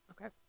Okay